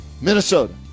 Minnesota